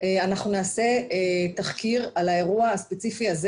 אנחנו נעשה תחקיר על האירוע הספציפי הזה